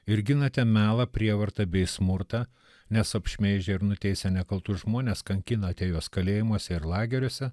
ir ginate melą prievartą bei smurtą nes apšmeižę ir nuteisę nekaltus žmones kankinote juos kalėjimuose ir lageriuose